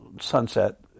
sunset